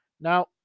Now